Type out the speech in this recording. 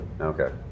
Okay